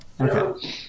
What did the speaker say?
Okay